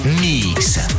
mix